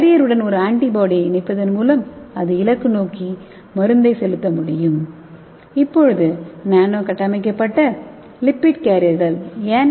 கேரியர்உடன் ஒரு ஆன்டிபாடியைக் இணைப்பதின் மூலம் அது இலக்கு நோக்கி மருந்தை செலுத்தமுடியும் இப்போது நானோ கட்டமைக்கப்பட்ட லிப்பிட் கேரியர்கள் என்